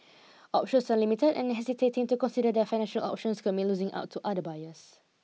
options are limited and hesitating to consider their financial options could mean losing out to other buyers